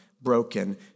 broken